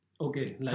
Okay